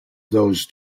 those